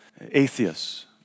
atheists